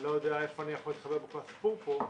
אני לא יודע איפה אני יכול להתחבר בכל הסיפור פה,